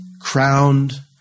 crowned